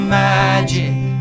magic